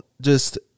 Just-